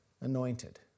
anointed